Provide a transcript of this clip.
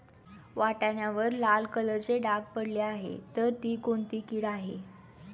वाटाण्यावर लाल कलरचे डाग पडले आहे तर ती कोणती कीड आहे?